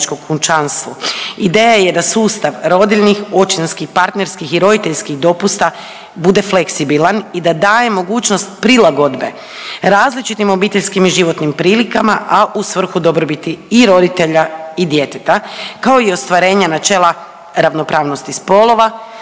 Ideja je da sustav rodiljnih, očinskih, partnerskih i roditeljskih dopusta bude fleksibilan i da daje mogućnost prilagodbe različitim obiteljskim i životnim prilikama, a u svrhu dobrobiti i roditelja i djeteta, kao i ostvarenja načela ravnopravnosti spolova,